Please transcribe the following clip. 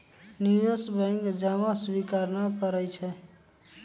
निवेश बैंक जमा स्वीकार न करइ छै